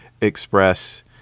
express